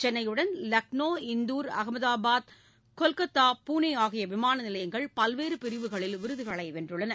சென்னையுடன் லக்னோ இந்தூர் ஆமதாபாத் கொல்கத்தா புனே ஆகிய விமான நிலையங்கள் பல்வேறு பிரிவுகளில் விருது வென்றுள்ளன